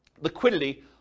liquidity